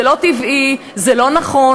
זה לא טבעי, זה לא נכון.